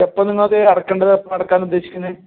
എപ്പം നിങ്ങളത് അടയ്ക്കേണ്ടത് എപ്പം അടയ്ക്കാൻ ഉദ്ദേശിക്കുന്നത്